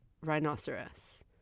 rhinoceros